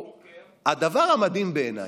הדבר המדהים בעיניי,